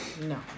No